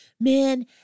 Man